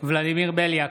ולדימיר בליאק,